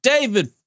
David